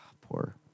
poor